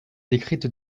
décrite